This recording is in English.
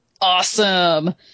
Awesome